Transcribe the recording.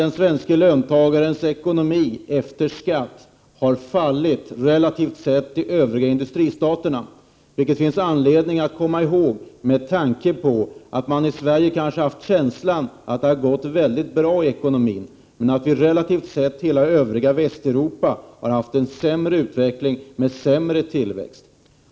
Den svenska löntagarens ekonomi efter skatt har fallit jämfört med vad som skett i övriga industristater, vilket man bör komma ihåg, eftersom man i Sverige har känslan att det har gått bra i ekonomiskt avseende för Sverige. Jämfört med hela Västeuropa har vi haft en sämre löneutveckling med sämre tillväxt.